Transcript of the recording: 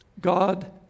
God